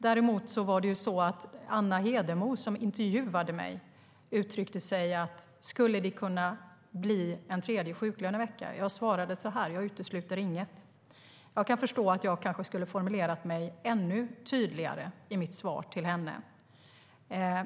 Däremot var det så att Anna Hedenmo som intervjuade mig frågade om det skulle kunna bli en tredje sjuklönevecka. Jag svarade så här: Jag utesluter inget. Jag kan förstå att jag kanske skulle ha formulerat mig ännu tydligare i mitt svar till henne.